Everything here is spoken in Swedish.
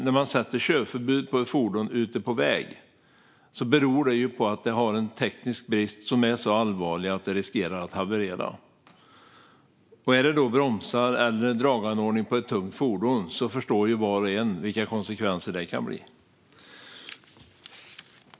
När ett fordon ute på väg beläggs med körförbud beror det på att det finns en teknisk brist som är så allvarlig att fordonet riskerar att haverera. Är det bromsar eller draganordning på ett tungt fordon förstår var och en vilka konsekvenser det kan bli.